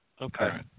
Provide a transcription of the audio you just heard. Okay